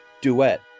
Duet